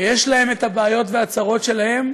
יש להם בעיות וצרות שלהם.